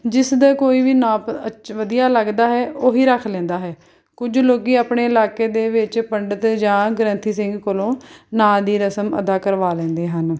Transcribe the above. ਜਿਸ ਦੇ ਕੋਈ ਵੀ ਨਾਪ ਅਚ ਵਧੀਆ ਲੱਗਦਾ ਹੈ ਉਹੀ ਰੱਖ ਲੈਂਦਾ ਹੈ ਕੁਝ ਲੋਕ ਆਪਣੇ ਇਲਾਕੇ ਦੇ ਵਿੱਚ ਪੰਡਤ ਜਾਂ ਗ੍ਰੰਥੀ ਸਿੰਘ ਕੋਲੋਂ ਨਾਂ ਦੀ ਰਸਮ ਅਦਾ ਕਰਵਾ ਲੈਂਦੇ ਹਨ